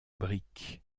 briques